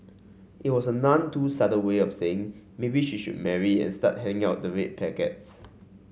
it was a none too subtle way of saying maybe she would marry and start handing out the red packets